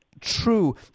true